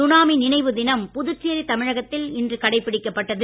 tsunami நினைவு தினம் புதுச்சேரி தமிழகத்தில் இன்று கடைபிடிக்கப்பட்டது